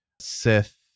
Sith